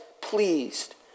pleased